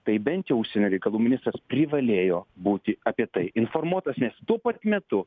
tai bent jau užsienio reikalų ministras privalėjo būti apie tai informuotas nes tuo pat metu